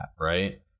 right